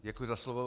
Děkuji za slovo.